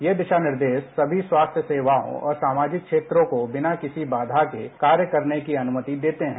ये दिशा निर्देश समी स्वास्थ्य सेवाओं और सामाजिक क्षेत्रों को बिना किसी बाधा के कार्य करने की अनुमति देते हैं